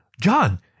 John